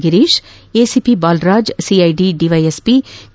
Girish ACP Balraj CID DYSP K